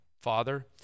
Father